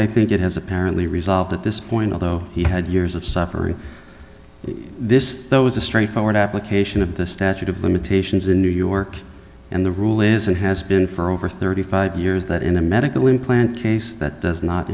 i think it has apparently resolved at this point although he had years of suffering this though is a straightforward application of the statute of limitations in new york and the rule is and has been for over thirty five years that in a medical implant case that does not